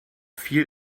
viel